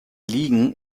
ligen